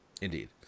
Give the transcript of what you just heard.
Indeed